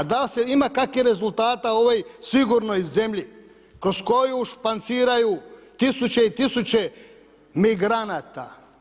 Da li ima kakvih rezultata u ovoj sigurnoj zemlji kroz koju španciraju tisuće i tisuće migranata.